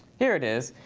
here it is.